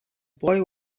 boy